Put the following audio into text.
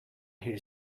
here